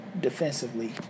defensively